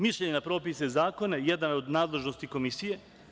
Mišljenja na propise i zakone jedna je od nadležnosti Komisije.